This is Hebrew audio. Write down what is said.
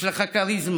יש לך כריזמה,